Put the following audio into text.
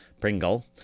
Pringle